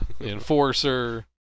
Enforcer